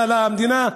למדינה.